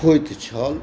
होइत छल